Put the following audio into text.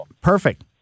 Perfect